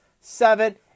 seven